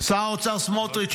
שר האוצר סמוטריץ',